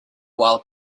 while